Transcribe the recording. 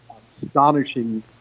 astonishing